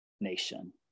nation